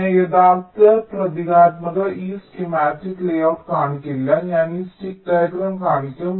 ഞാൻ യഥാർത്ഥ പ്രതീകാത്മക ഈ സ്കീമാറ്റിക് ലേഔട്ട് കാണിക്കില്ല ഞാൻ ഈ സ്റ്റിക്ക് ഡയഗ്രം കാണിക്കും